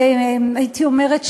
הייתי אומרת,